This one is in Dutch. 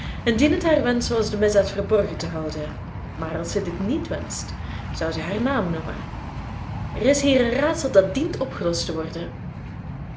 indien het haar wensch was de misdaad verborgen te houden maar als zij dit niet wenscht zou zij haar naam noemen er is hier een raadsel dat dient opgelost te worden